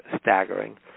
staggering